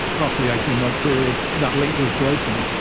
after the eighteen month period that link was broken.